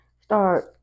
start